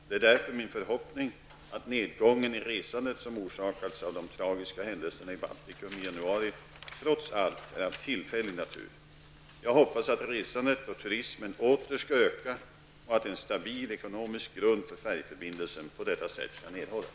Det är därför min förhoppning att nedgången i resandet, som orsakats av de tragiska händelserna i Baltikum i januari, trots allt är av tillfällig natur. Jag hoppas att resandet och turismen åter skall öka och att en stabil ekonomisk grund för färjeförbindelsen på detta sätt kan erhållas.